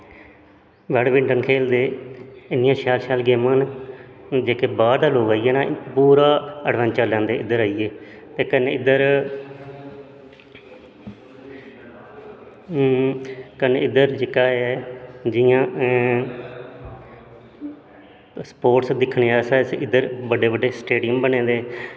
badminton खेढदे इन्नियां शैल शैल गेमां न जेह्के बाह्र दे लोग आइयै नां पूरा अड़वैंचर लैंदे इद्धर आइयै ते कन्नै इद्धर कन्नै इद्धर जेह्का ऐ जि'यां स्पोटस दिक्खने आस्तै इद्धर बड्डे बड्डे स्टेडियम बने दे